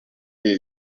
ibi